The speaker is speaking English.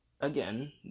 again